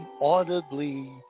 audibly